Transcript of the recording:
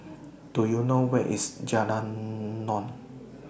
Do YOU know Where IS Jalan Naung